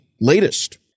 latest